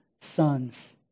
sons